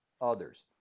others